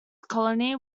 colony